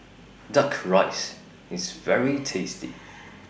Duck Rice IS very tasty